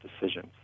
decisions